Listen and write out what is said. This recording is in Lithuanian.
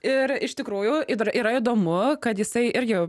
ir iš tikrųjų yra įdomu kad jisai irgi